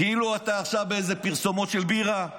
כאילו אתה עכשיו באיזה פרסומות של בירה.